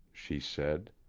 she said.